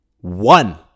one